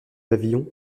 pavillons